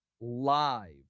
live